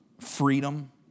freedom